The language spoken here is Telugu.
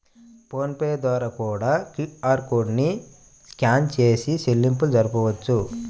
ఫోన్ పే ద్వారా కూడా క్యూఆర్ కోడ్ ని స్కాన్ చేసి చెల్లింపులు జరపొచ్చు